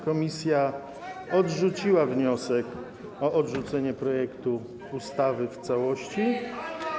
Komisja odrzuciła wniosek o odrzucenie projektu ustawy w całości.